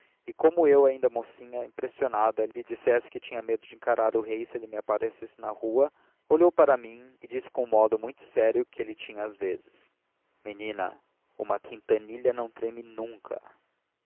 e como eu ainda mocinha impressionada lhe dissesse que tinha medo de encarar o rei se ele aparecesse na rua olhou para mim e disse com um modo muito sério que ele tinha às vezes menina uma quintanilha não trame nunca